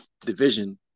division